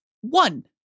one